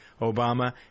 obama